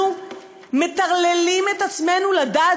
אנחנו מטרללים את עצמנו לדעת,